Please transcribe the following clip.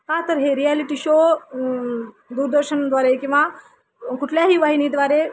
का तर हे रियालिटी शो दूरदर्शनद्वारे किंवा कुठल्याही वाहिनीद्वारे